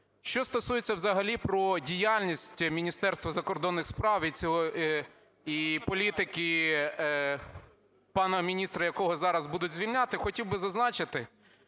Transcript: Що стосується взагалі про діяльність Міністерства закордонних справ і політики пана міністра, якого зараз будуть звільняти. Хотів би зазначити,